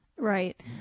Right